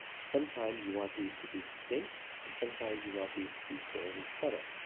sometimes, you want these to be distinct and sometimes you want these to be fairly subtle.